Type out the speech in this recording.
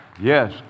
yes